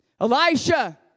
Elisha